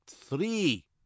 three